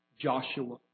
Joshua